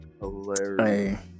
hilarious